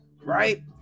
Right